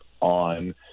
on